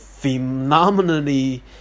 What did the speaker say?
phenomenally